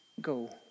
go